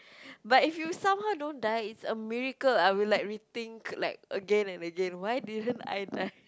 but if you somehow don't die it's a miracle I will like rethink like again and again why didn't I die